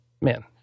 man